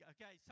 Okay